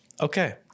Okay